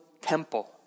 temple